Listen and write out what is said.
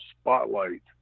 spotlight